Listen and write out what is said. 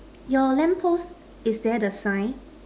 your lamp post is there the sign